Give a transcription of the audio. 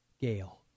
Gail